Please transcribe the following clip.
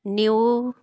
new